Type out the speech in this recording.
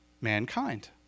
mankind